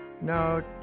no